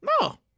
No